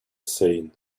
seen